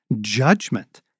judgment